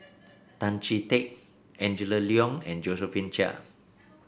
Tan Chee Teck Angela Liong and Josephine Chia